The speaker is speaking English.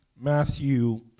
Matthew